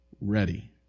ready